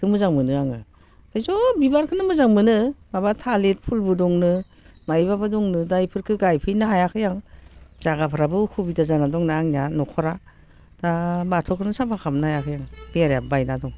बेखौ मोजां मोनो आङो ओमफ्राय सब बिबारखौनो मोजां मोनो माबा थालिर फुलबो दं नों माइबाबो दं नो दा बेफोरखौ गायफैनो हायाखै आं जागाफ्राबो असुबिदा जाना दंना आंनिया न'खरा दा बाथौखौनो साफा खालामनो हायाखै बेरायाबो बायना दं